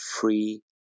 free